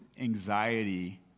anxiety